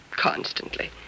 Constantly